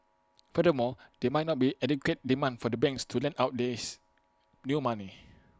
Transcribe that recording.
furthermore there might not be adequate demand for the banks to lend out this new money